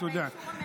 תודה.